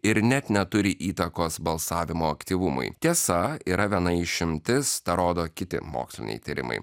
ir net neturi įtakos balsavimo aktyvumui tiesa yra viena išimtis tą rodo kiti moksliniai tyrimai